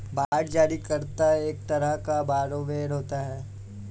bond जारी करता एक तरह का बारोवेर होता है